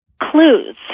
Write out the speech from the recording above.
clues